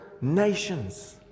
nations